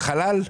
בחלל?